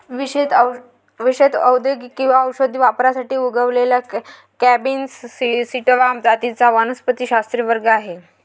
विशेषत औद्योगिक किंवा औषधी वापरासाठी उगवलेल्या कॅनॅबिस सॅटिवा जातींचा वनस्पतिशास्त्रीय वर्ग आहे